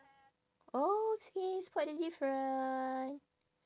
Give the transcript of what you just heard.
oh okay spot the different